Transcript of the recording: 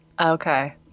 Okay